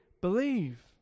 believe